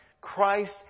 Christ